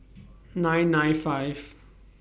nine nine five